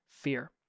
fear